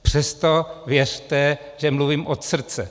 Přesto věřte, že mluvím od srdce.